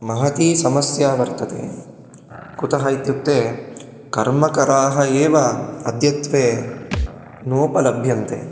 महती समस्या वर्तते कुतः इत्युक्ते कर्मकराः एव अद्यत्वे नोपलभ्यन्ते